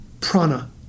prana